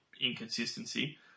inconsistency